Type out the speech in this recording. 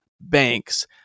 banks